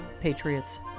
patriots